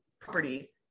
property